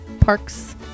parks